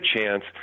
chance